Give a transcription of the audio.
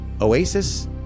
Oasis